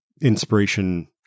inspiration